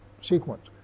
sequence